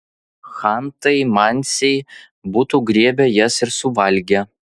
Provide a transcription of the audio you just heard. chantai mansiai būtų griebę jas ir suvalgę